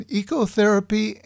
ecotherapy